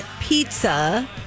pizza